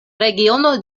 regiono